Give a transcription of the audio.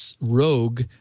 rogue